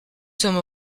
sommes